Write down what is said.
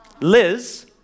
Liz